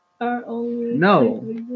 no